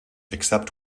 except